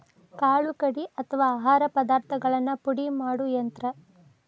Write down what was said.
ಕಾಳು ಕಡಿ ಅಥವಾ ಆಹಾರ ಪದಾರ್ಥಗಳನ್ನ ಪುಡಿ ಮಾಡು ಯಂತ್ರ